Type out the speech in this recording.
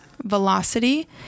velocity